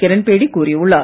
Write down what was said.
கிரண் பேடி கூறியுள்ளார்